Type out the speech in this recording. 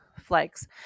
Flags